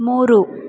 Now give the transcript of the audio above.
ಮೂರು